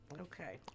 okay